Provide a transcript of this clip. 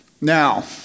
Now